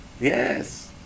Yes